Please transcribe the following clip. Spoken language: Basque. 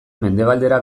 mendebaldera